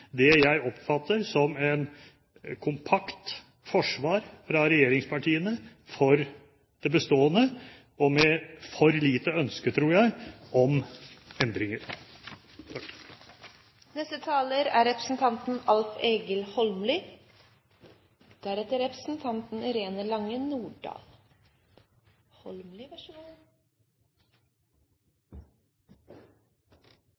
det jeg oppfatter som et kompakt forsvar fra regjeringspartiene for det bestående og med for lite ønske, tror jeg, om endringer. Det er